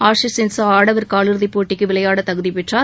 Axis இன்சா ஆடவர் காலிறுதி போட்டிக்கு விளையாட தகுதிப் பெற்றார்